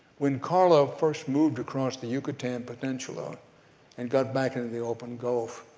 when carla first moved across the yucatan peninsula and got back into the open gulf,